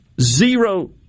zero